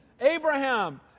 Abraham